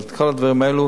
אבל כל הדברים האלה